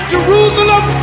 Jerusalem